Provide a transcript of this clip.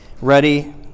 ready